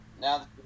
Now